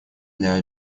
для